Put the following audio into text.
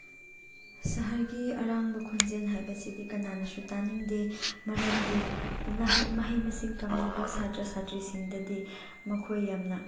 ꯁꯍꯔꯒꯤ ꯑꯔꯥꯡꯕ ꯈꯣꯟꯖꯦꯜ ꯍꯥꯏꯕꯁꯤꯗꯤ ꯀꯅꯥꯅꯁꯨ ꯇꯥꯅꯤꯡꯗꯦ ꯃꯔꯝꯗꯤ ꯃꯍꯩ ꯃꯁꯤꯡ ꯇꯝꯂꯤꯕ ꯁꯥꯇ꯭ꯔꯥ ꯁꯥꯇ꯭ꯔꯤꯁꯤꯡꯗꯗꯤ ꯃꯈꯣꯏ ꯌꯥꯝꯅ